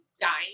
dying